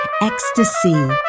ecstasy